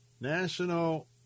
national